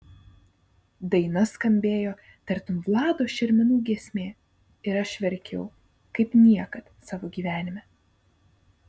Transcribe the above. daina skambėjo tartum vlado šermenų giesmė ir aš verkiau kaip niekad savo gyvenime